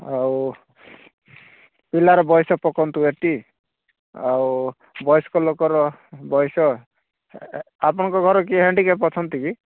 ଆଉ ପିଲାର ବୟସ ପକାନ୍ତୁ ଏଠି ଆଉ ବୟସ୍କ ଲୋକର ବୟସ କିଏ ଆପଣଙ୍କ ଘର ଏ ହେଣ୍ଡିକ୍ଯାପ୍ ଅଛନ୍ତି କି